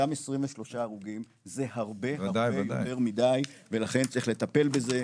גם 23 הרוגים זה הרבה הרבה יותר מידי ולכן צריך לטפל בזה.